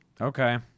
Okay